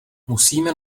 musíme